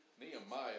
Nehemiah